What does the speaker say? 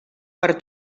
per